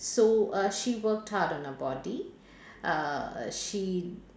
so uh she worked hard on her body uh she